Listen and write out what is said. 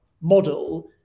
model